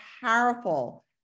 powerful